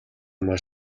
мал